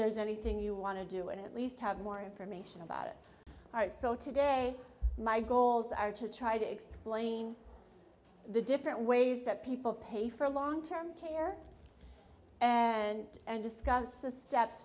there's anything you want to do it at least have more information about it so today my goals are to try to explain the different ways that people pay for long term care and and discuss the steps